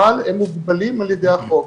אבל הם מוגבלים על ידי החוק,